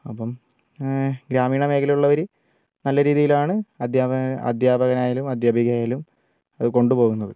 അപ്പം ഗ്രാമീണമേഖലയിൽ ഉള്ളവർ നല്ല രീതിയിലാണ് അദ്ധ്യാപക അധ്യാപകനായാലും അധ്യാപികയായാലും അത് കൊണ്ടുപോകുന്നത്